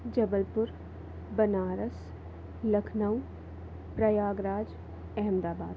Jabalpur Banaras Lucknow Prayagraj Ahmedabad